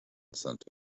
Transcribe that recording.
centre